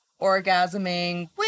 orgasming